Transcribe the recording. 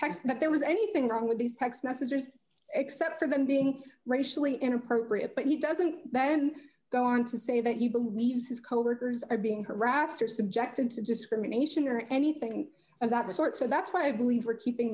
that there was anything wrong with these text messages except for them being racially inappropriate but he doesn't then go on to say that he believes his coworkers are being harassed or subjected to discrimination or anything of that sort so that's why i believe we're keeping